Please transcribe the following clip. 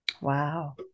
wow